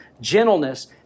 gentleness